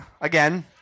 again